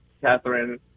Catherine